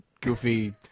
goofy